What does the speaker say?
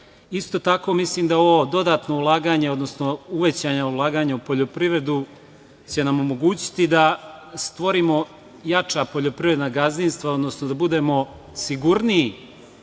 Isto tako mislim da ovo dodatno ulaganje, odnosno uvećanje ulaganja u poljoprivredu će nam omogućiti da stvorimo jača poljoprivredna gazdinstva, odnosno da budemo sigurniji